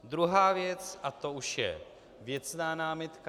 Druhá věc a to už je věcná námitka.